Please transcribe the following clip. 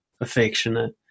affectionate